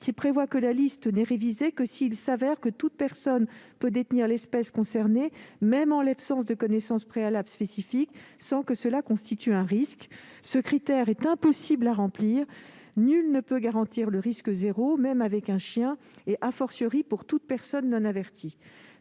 qui prévoit que la liste n'est révisée que s'il se révèle que toute personne peut détenir l'espèce concernée, même en l'absence de connaissance préalable spécifique, sans que cela constitue un risque. Ce critère est impossible à remplir. Nul ne peut garantir le risque zéro, même dans le cas d'un chien, et pour toute personne non avertie.